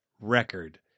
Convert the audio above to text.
record